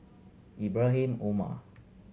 Ibrahim Omar